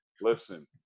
Listen